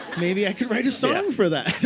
maybe i could write a song for that.